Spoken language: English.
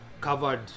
covered